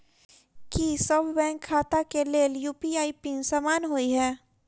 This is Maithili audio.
की सभ बैंक खाता केँ लेल यु.पी.आई पिन समान होइ है?